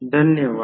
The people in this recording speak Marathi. धन्यवाद